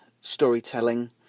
storytelling